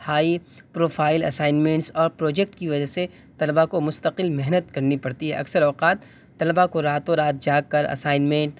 high profile assignments اور project کی وجہ سے طلبا کو مستقل محنت کرنی پڑتی ہے اکثر اوقات طلبا کو راتوں رات جاگ کر اسائنمنٹ